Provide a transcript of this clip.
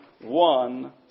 one